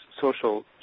social